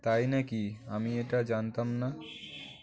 তাই না কি আমি এটা জানতাম না